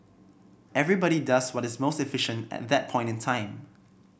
everybody does what is most efficient at that point in time